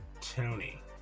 tony